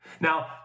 Now